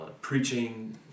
preaching